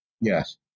Yes